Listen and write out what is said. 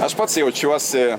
aš pats jaučiuosi